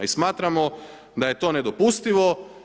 I smatramo da je to nedopustivo.